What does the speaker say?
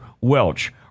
Welch